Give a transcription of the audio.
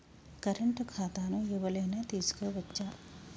Current ఖాతాను ఎవలైనా తీసుకోవచ్చా?